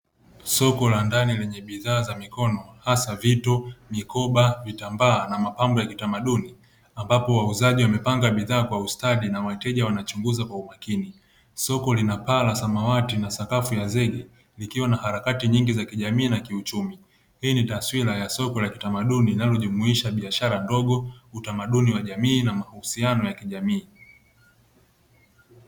Soko la ndani lenye bidhaa za mikono hasa vito, mikoba vitambaa na mapambo ya kitamaduni ambapo wauzaji wamepanga bidhaa kwa ustadi na wateja wanachunguza kwa umakini. Soko lina paa la samawati na sakafu ya zege ikiwa na harakati nyingi za kijamii na kiuchumi. Hii ni taswira ya soko la kitamaduni linayojumuisha biashara ndogo utamaduni wa jamii na mahusiano ya jamii.